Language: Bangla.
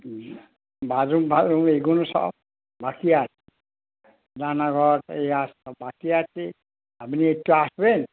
বাথরুম ফাথরুম এইগুলো সব বাকি আছে রান্নাঘর এই আস বাকি আছে আপনি একটু আসবেন